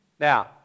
Now